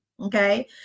Okay